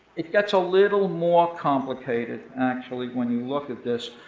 it gets a little more complicated, actually, when you look at this,